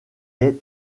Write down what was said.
est